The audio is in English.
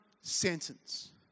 sentence